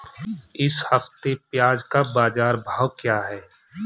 इस हफ्ते प्याज़ का बाज़ार भाव क्या है?